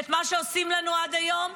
את מה שעושים לנו עד היום?